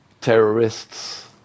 terrorists